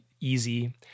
easy